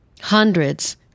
Hundreds